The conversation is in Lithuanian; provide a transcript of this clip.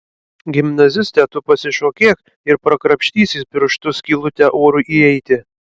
gimnaziste tu pasišokėk ir prakrapštysi pirštu skylutę orui įeiti